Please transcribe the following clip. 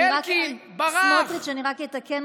אבי ניסנקורן, איש יקר, מייצג מיעוט